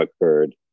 occurred